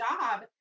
job